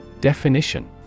Definition